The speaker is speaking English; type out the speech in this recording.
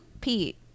Pete